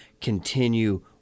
continue